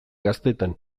gaztetan